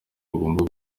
bagomba